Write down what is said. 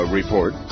report